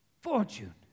fortune